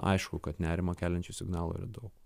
aišku kad nerimą keliančių signalų yra daug